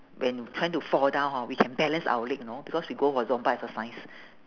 when trying to fall down hor we can balance our leg you know because we go for zumba exercise